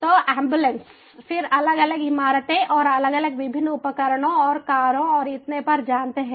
तो एम्बुलेंस फिर अलग अलग इमारतें और अलग अलग विभिन्न उपकरणों और कारों और इतने पर जानते हैं